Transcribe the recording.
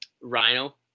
Rhino